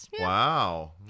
Wow